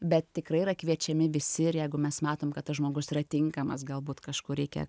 bet tikrai yra kviečiami visi ir jeigu mes matom kad tas žmogus yra tinkamas galbūt kažkur reikia